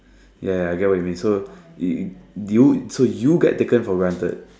ya ya I get what you mean so you do you so you get taken for granted